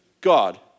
God